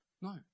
No